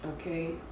okay